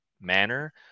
manner